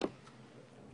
הישיבה ננעלה בשעה 12:10.